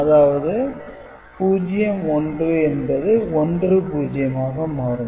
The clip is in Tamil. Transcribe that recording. அதாவது 01 என்பது 10 ஆக மாறும்